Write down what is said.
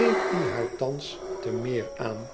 deed die haar thans te meer aan